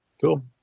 cool